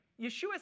Yeshua